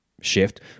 shift